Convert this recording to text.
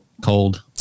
cold